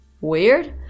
weird